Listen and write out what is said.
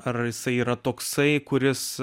ar jisai yra toksai kuris